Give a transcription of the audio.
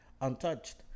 untouched